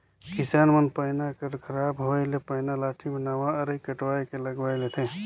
किसान मन पैना कर खराब होए ले पैना लाठी मे नावा अरई कटवाए के लगवाए लेथे